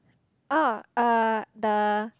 oh uh the